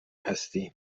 هستین